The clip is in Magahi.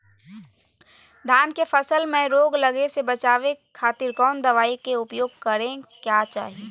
धान के फसल मैं रोग लगे से बचावे खातिर कौन दवाई के उपयोग करें क्या चाहि?